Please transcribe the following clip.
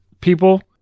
people